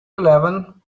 eleven